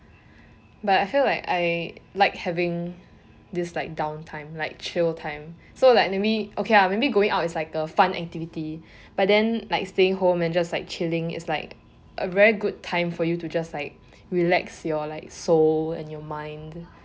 but I feel like I like having this like downtime like chill time so like maybe okay lah maybe going out is like a fun activity but then like staying home and just like chilling is like a very good time for you to just like relax your like soul and your mind